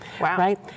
right